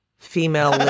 female